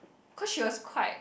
cause she was quite